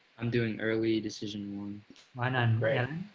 i'm doing early decision i. and and